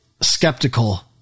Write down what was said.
skeptical